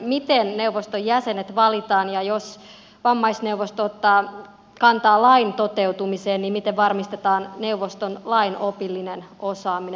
miten neuvoston jäsenet valitaan ja jos vammaisneuvosto ottaa kantaa lain toteutumiseen miten varmistetaan neuvoston lainopillinen osaaminen